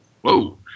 Whoa